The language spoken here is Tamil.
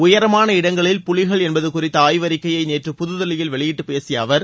உயரமான இடங்களில் புலிகள் என்பது குறித்த ஆய்வறிக்கையை நேற்று புதுதில்லியில் வெளியிட்டு பேசிய அவர்